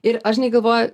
ir aš žinai galvoju